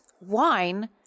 wine